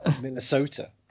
Minnesota